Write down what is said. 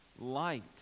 light